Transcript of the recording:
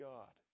God